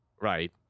Right